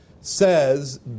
says